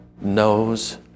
knows